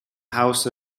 house